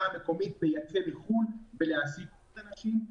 המקומית לייצא לחו"ל ולהעסיק עוד אנשים,